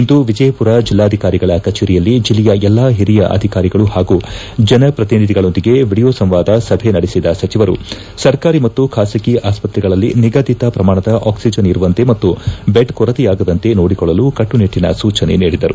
ಇಂದು ವಿಜಯಪುರ ಜಿಲ್ಲಾಧಿಕಾರಿಗಳ ಕಚೇರಿಯಲ್ಲಿ ಜಿಲ್ಲೆಯ ಎಲ್ಲಾ ಹಿರಿಯ ಅಧಿಕಾರಿಗಳು ಹಾಗೂ ಜನಪ್ರತಿನಿಧಿಗಳೊಂದಿಗೆ ವಿಡಿಯೋ ಸಂವಾದ ಸಭೆ ನಡೆಸಿದ ಸಚಿವರು ಸರ್ಕಾರಿ ಮತ್ತು ಖಾಸಗಿ ಆಸ್ಪತ್ರೆಗಳಲ್ಲಿ ನಿಗದಿತ ಪ್ರಮಾಣದ ಆಕ್ಷಿಜನ್ ಇರುವಂತೆ ಮತ್ತು ಬೆಡ್ ಕೊರತೆಯಾಗದಂತೆ ನೋಡಿಕೊಳ್ಳಲು ಕಟ್ಟುನಿಟ್ವನ ಸೂಚನೆ ನೀಡಿದರು